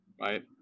right